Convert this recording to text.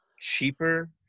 cheaper